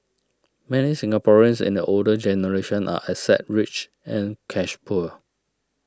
many Singaporeans in the older generation are asset rich and cash poor